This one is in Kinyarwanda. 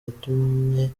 yatumye